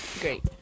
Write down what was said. Great